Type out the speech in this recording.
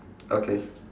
okay